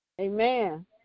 Amen